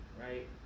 right